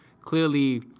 Clearly